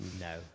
No